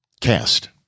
cast